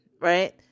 right